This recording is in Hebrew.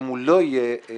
אם הוא לא יהיה בחוק,